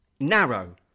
Narrow